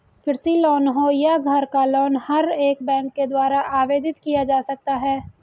कृषि लोन हो या घर का लोन हर एक बैंक के द्वारा आवेदित किया जा सकता है